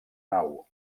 nau